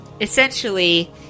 essentially